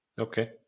Okay